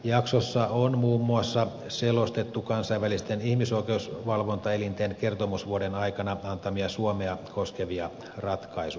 jaksossa on muun muassa selostettu kansainvälisten ihmisoikeusvalvontaelinten kertomusvuoden aikana antamia suomea koskevia ratkaisuja